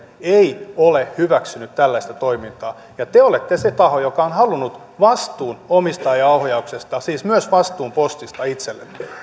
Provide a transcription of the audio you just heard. ei ole hyväksynyt tällaista toimintaa ja te te olette se taho joka on halunnut vastuun omistajaohjauksesta siis myös vastuun postista itsellenne